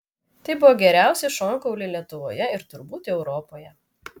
tai buvo geriausi šonkauliai lietuvoje ir turbūt europoje